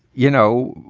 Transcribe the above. you know,